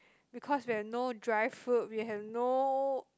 because we have no dry food we have no